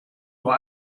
nur